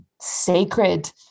sacred